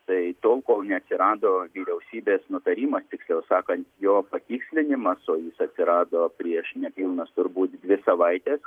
tai tol kol neatsirado vyriausybės nutarimas tiksliau sakant jo patikslinimas o jis atsirado prieš nepilnas turbūt dvi savaites